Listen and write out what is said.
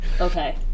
Okay